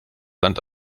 land